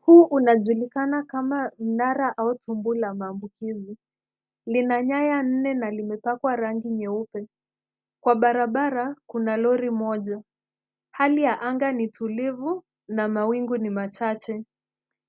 Huu unajulikana kama mnara au fumbu la maambukizi. Lina nyaya nne na limepakwa rangi nyeupe. Kwa barabara, kuna lori moja. Hali ya anga ni tulivu na mawingu ni machache.